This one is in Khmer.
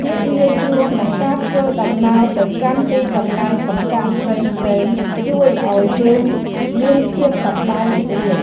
ភាពងាយស្រួលក្នុងការធ្វើដំណើរទៅកាន់ទីកន្លែងកម្សាន្តផ្សេងៗ ជួយឱ្យយើងមានភាពសប្បាយរីករាយ។